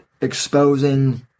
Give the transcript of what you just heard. exposing